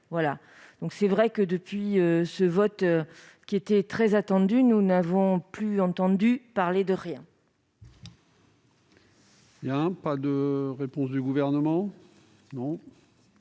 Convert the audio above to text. fait prête. Depuis ce vote, qui était très attendu, nous n'avons plus entendu parler de rien.